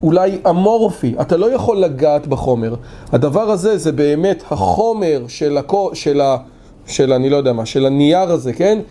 אולי אמורפי, אתה לא יכול לגעת בחומר. הדבר הזה זה באמת החומר של הכל... של אני לא יודע מה, של הנייר הזה, כן?